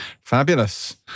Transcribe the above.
Fabulous